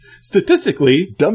Statistically